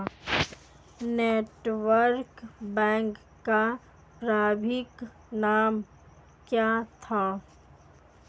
Canara bank का प्रारंभिक नाम क्या था?